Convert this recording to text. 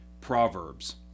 Proverbs